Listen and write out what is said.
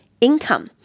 income